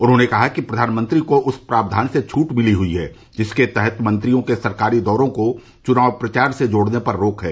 उन्होंने कहा कि प्रधानमंत्री को उस प्रावधान से छूट मिली हुई है जिसके तहत मंत्रियों के सरकारी दौरों को चुनाव प्रचार से जोड़ने पर रोक है